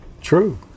True